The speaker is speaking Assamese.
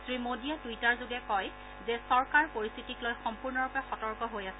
শ্ৰী মোদীয়ে টুইটাৰযোগে কয় যে চৰকাৰ পৰিস্থিতিক লৈ সম্পূৰ্ণৰূপে সতৰ্ক হৈ আছে